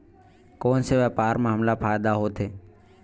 कोन से व्यापार म हमला फ़ायदा होथे?